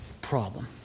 problem